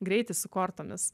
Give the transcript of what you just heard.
greitis su kortomis